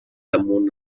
damunt